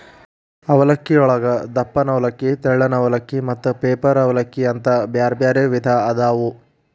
ಅವಲಕ್ಕಿಯೊಳಗ ದಪ್ಪನ ಅವಲಕ್ಕಿ, ತೆಳ್ಳನ ಅವಲಕ್ಕಿ, ಮತ್ತ ಪೇಪರ್ ಅವಲಲಕ್ಕಿ ಅಂತ ಬ್ಯಾರ್ಬ್ಯಾರೇ ವಿಧ ಅದಾವು